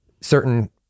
certain